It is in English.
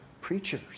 preachers